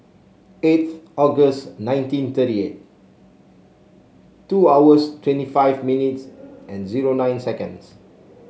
eighth August nineteen thirty eight two hours twenty five minutes and zero nine seconds